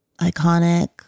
Iconic